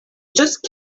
just